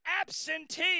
absentee